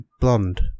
Blonde